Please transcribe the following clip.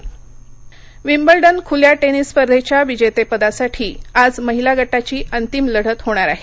Wimbledon Wimbledon खुल्या tennis स्पर्धेच्या विजेतेपदासाठी आज महिला गटाची अंतिम लढत होणार आहे